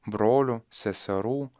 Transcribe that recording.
brolių seserų